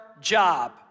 job